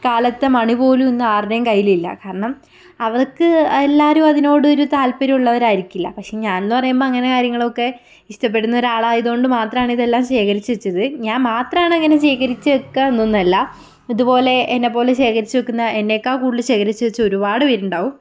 കാലത്തെ മണി പോലും ഇന്ന് ആരുടേയും കയ്യിലില്ല കാരണം അവർക്ക് എല്ലാവരും അതിനോടൊരു താത്പര്യം ഉള്ളവരായിരിക്കില്ല പക്ഷേ ഞാൻ എന്ന് പറയുമ്പോൾ അങ്ങനെ കാര്യങ്ങളൊക്കെ ഇഷ്ടപ്പെടുന്ന ഒരാളായത് കൊണ്ട് മാത്രമാണ് ഇതെല്ലം ശേഖരിച്ച് വെച്ചത് ഞാൻ മാത്രമാണ് അങ്ങനെ ശേഖരിച്ച് വെക്കുക എന്നൊന്നുമല്ല ഇതുപോലെ എന്നെപ്പോലെ ശേഖരിച്ച് വെക്കുന്ന എന്നെക്കാൾ കൂടുതൽ ശേഖരിച്ച് വെച്ച ഒരുപാട് പേരുണ്ടാകും